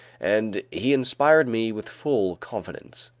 and he inspired me with full confidence.